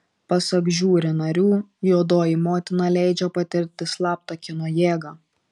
pasak žiuri narių juodoji motina leidžia patirti slaptą kino jėgą